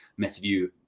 MetaView